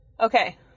Okay